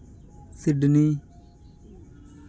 Sydney